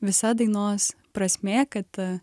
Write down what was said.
visa dainos prasmė kad